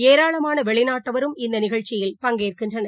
ஏராளாமானவெளிநாட்டவரும் இந்தநிகழ்ச்சியில் பங்கேற்கின்றனர்